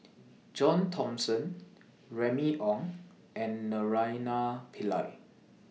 John Thomson Remy Ong and Naraina Pillai